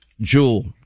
jewel